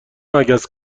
مگس